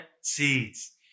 seeds